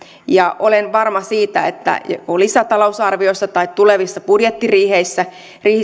ja olen varma siitä että joko lisätalousarviossa tai tulevissa budjettiriihissä